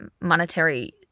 monetary